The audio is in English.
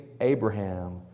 Abraham